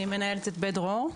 אני מנהלת את בית דרור,